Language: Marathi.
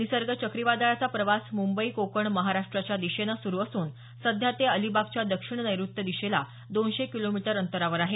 निसर्ग चक्रीवादळाचा प्रवास मुंबई कोकण महाराष्ट्राच्या दिशेनं सुरू असून सध्या ते अलिबागच्या दक्षिण नैऋत्य दिशेला दोनशे किलोमीटर अंतरावर आहे